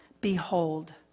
Behold